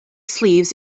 sleeves